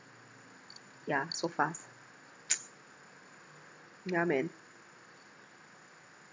ya so fast yeah man